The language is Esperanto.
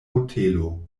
hotelo